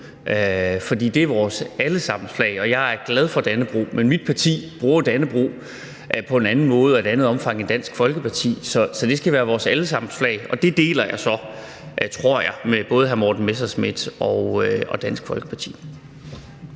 for det er vores alle sammens flag – og jeg er glad for Dannebrog. Men mit parti bruger jo Dannebrog på en anden måde og i et andet omfang end Dansk Folkeparti. Det skal være vores allesammens flag, og det deler jeg så, tror jeg, med både hr. Morten Messerschmidt og Dansk Folkeparti.